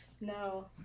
No